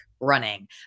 running